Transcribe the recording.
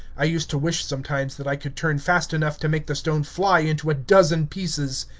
i used to wish sometimes that i could turn fast enough to make the stone fly into a dozen pieces.